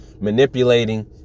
manipulating